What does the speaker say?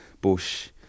bush